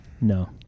No